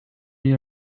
you